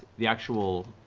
the actual